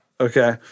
Okay